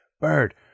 Bird